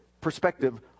perspective